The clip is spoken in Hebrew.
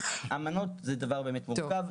אמנות זה דבר מורכב.